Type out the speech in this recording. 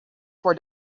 for